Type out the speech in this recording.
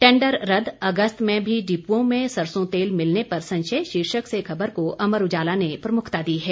tender रद्द अगस्त में भी डिपुओं में सरसों तेल मिलने पर संशय शीर्षक से खबर को अमर उजाला ने प्रमुखता दी है